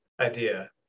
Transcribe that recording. idea